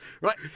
Right